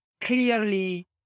clearly